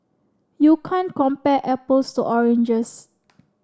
you can't compare apples to oranges